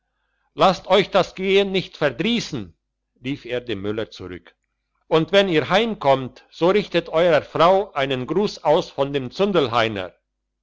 lasst euch das gehen nicht verdriessen rief er dem müller zurück und wenn ihr heimkommt so richtet eurer frau einen gruss aus von dem